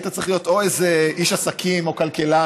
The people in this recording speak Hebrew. היית צריך להיות או איזה איש עסקים או כלכלן,